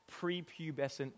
prepubescent